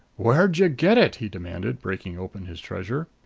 where'd you get it? he demanded, breaking open his treasure.